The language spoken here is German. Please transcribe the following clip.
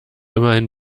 immerhin